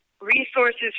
resources